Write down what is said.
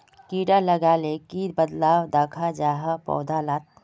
कीड़ा लगाले की बदलाव दखा जहा पौधा लात?